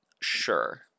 sure